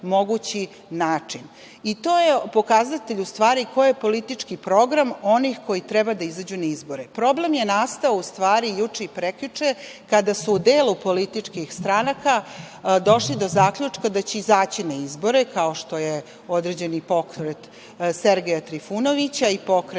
To je pokazatelj u stvari koji politički program je onih koji treba da izađu na izbore. Problem je nastao u stvari, juče i prekjuče kada su u delu političkih stranaka došli do zaključka da će izaći na izbore, kao što je određeni pokret Sergeja Trifunovića i pokreta